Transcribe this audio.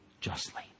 justly